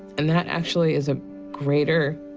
and that actually is a greater,